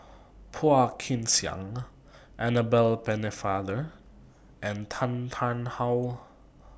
Phua Kin Siang Annabel Pennefather and Tan Tarn How